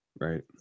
Right